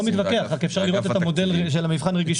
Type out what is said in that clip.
מתווכח אבל אפשר לראות את המודל של מבחן הרגישות?